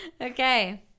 Okay